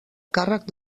càrrec